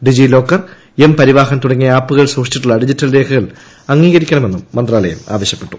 ഡിജി locker M Parivahan തുടങ്ങിയ ആപ്പുകളിൽ സൂക്ഷിച്ചിട്ടുള്ള ഡിജിറ്റൽ രേഖകൾ അംഗീകരിക്കണമെന്നും മന്ത്രാലയം ആവശ്യപ്പെട്ടു